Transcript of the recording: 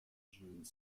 june